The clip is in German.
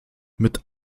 mit